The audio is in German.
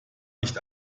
nicht